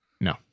No